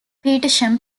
petersham